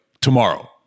tomorrow